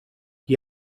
qui